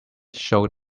showed